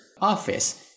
office